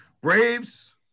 Braves